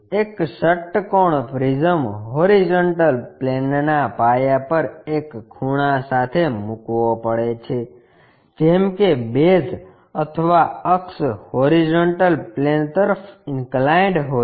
એક ષટ્કોણ prism horizontal પ્લેનના પાયા પર એક ખૂણા સાથે મૂકવો પડે છે જેમ કે બેઝ અથવા અક્ષ હોરીઝોન્ટલ પ્લેન તરફ ઇન્કલાઇન્ડ હોય છે